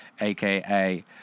aka